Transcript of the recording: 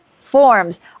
forms